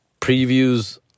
previews